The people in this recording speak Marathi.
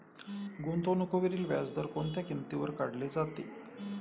गुंतवणुकीवरील व्याज कोणत्या किमतीवर काढले जाते?